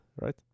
right